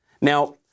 Now